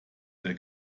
der